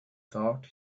thought